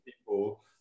people